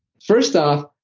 first off,